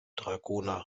dragoner